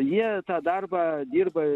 jie tą darbą dirba